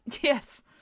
Yes